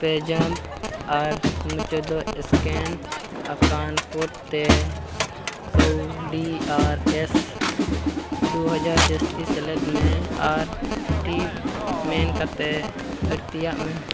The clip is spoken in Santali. ᱯᱮᱡᱟᱯ ᱟᱨ ᱢᱩᱪᱟᱹᱫ ᱥᱠᱮᱱ ᱟᱠᱟᱱ ᱠᱳᱰ ᱛᱮ ᱠᱟᱣᱰᱤ ᱟᱨ ᱮᱥ ᱫᱩ ᱦᱟᱡᱟᱨ ᱡᱟᱹᱥᱛᱤ ᱥᱮᱞᱮᱫᱽᱢᱮ ᱟᱨ ᱴᱤᱯ ᱢᱮᱱ ᱠᱟᱛᱮᱫ ᱟᱬᱛᱤᱭᱟᱜᱢᱮ